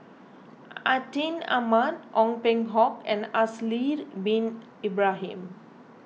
Atin Amat Ong Peng Hock and Haslir Bin Ibrahim